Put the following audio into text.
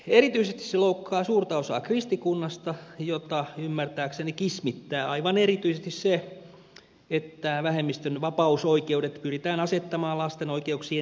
erityisesti se loukkaa suurta osaa kristikunnasta jota ymmärtääkseni kismittää aivan erityisesti se että vähemmistön vapausoikeudet pyritään asettamaan lasten oi keuksien edelle